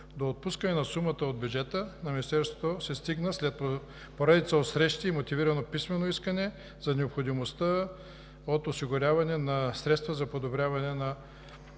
До отпускане на сумата от бюджета на Министерството се стигна след поредица от срещи и мотивирано писмено искане за необходимостта от осигуряване на средства за подобряване на